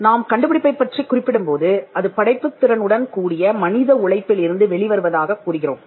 நாம் கண்டுபிடிப்பைப் பற்றி குறிப்பிடும்போது அது படைப்புத்திறன் உடன் கூடிய மனித உழைப்பில் இருந்து வெளிவருவதாகக் கூறுகிறோம்